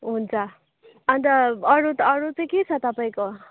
हुन्छ अन्त अरू त अरू चाहिँ के छ तपाईँको